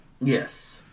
Yes